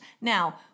Now